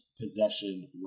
possession